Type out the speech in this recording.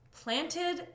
Planted